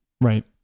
Right